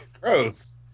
gross